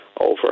over